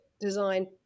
design